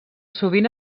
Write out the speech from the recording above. sovint